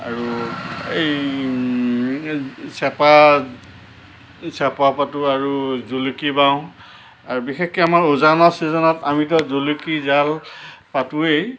আৰু এই চেপা চেপা পাতোঁ আৰু জুলুকী বাওঁ আৰু বিশেষকৈ আমাৰ উজানৰ চিজনত আমি তাত জুলুকী জাল পাতোঁৱেই